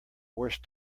worst